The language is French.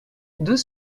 deux